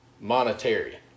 monetary